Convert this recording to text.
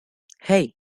hey